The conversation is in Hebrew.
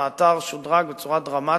האתר שודרג בצורה דרמטית.